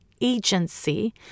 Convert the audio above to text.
agency